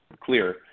clear